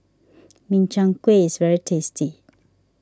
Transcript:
Min Chiang Kueh is very tasty